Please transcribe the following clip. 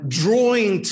drawing